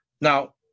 now